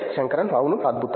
శంకరన్ అవును అద్భుతం